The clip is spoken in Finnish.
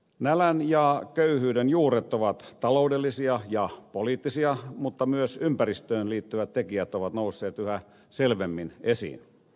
nälän ja köyhyyden juuret ovat taloudellisia ja poliittisia mutta myös ympäristöön liittyvät tekijät ovat nousseet yhä selvemmin esiin